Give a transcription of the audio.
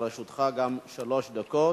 גם לרשותך שלוש דקות.